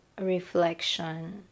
reflection